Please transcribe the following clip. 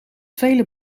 vele